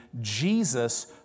Jesus